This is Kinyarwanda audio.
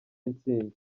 intsinzi